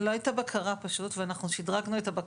לא הייתה בקרה, ואנחנו שדרגנו את הבקרות.